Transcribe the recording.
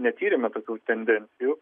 netyrėme tokių tendencijų